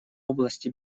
области